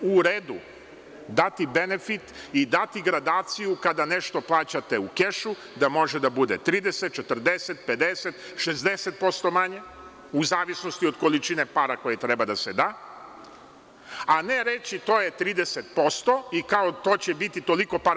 U redu je dati benefit i dati gradaciju kada nešto plaćate u kešu da može da bude 30, 40, 50, 60% manje, u zavisnosti od količine para koje treba da se daju, a ne reći to je 30% i kao to će biti toliko para.